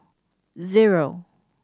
zero